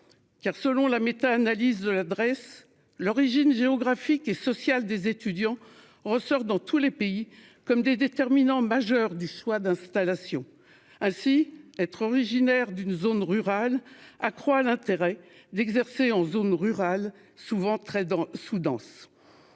Car selon la méta-analyse de l'adresse. L'origine géographique et social des étudiants ressortent dans tous les pays, comme des déterminants majeurs du choix d'installation. Ah si, être originaire d'une zone rurale accroît l'intérêt d'exercer en zone rurale, souvent très dans